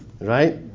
Right